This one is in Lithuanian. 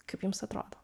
kaip jums atrodo